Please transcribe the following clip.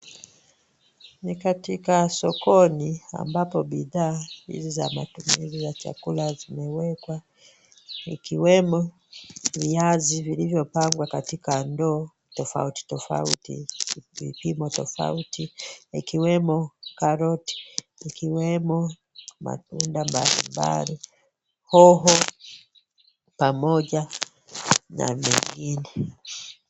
Ni katika sokoni ambapo bidhaa hizi za matunda na chakula zimewekwa ikiwemo viazi vilivyopangwa katika ndoo tofauti tofauti. Vipimo tofauti ikiwemo karoti, ikiwemo matunda mbalimbali, hoho pamoja na vingine.